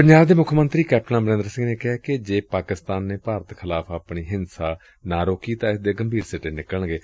ਪੰਜਾਬ ਦੇ ਮੁੱਖ ਮੰਤਰੀ ਕੈਪਟਨ ਅਮਰੰਦਰ ਸਿੰਘ ਨੇ ਕਿਹੈ ਕਿ ਜੇ ਪਾਕਿਸਤਾਨ ਨੇ ਭਾਰਤ ਖਿਲਾਫ਼ ਆਪਣੀ ਹਿੰਸਾ ਨਾ ਰੋਕੀ ਤਾਂ ਇਸ ਦੇ ਗੰਭੀਰ ਸਿੱਟੇ ਨਿਕਲਣਗੇ